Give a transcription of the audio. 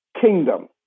kingdom